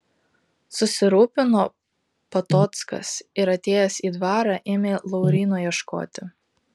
susirūpino patockas ir atėjęs į dvarą ėmė lauryno ieškoti